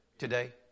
today